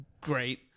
great